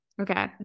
okay